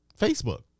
Facebook